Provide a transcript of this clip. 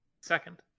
second